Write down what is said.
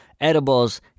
edibles